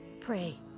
Pray